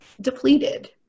depleted